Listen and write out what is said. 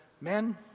Men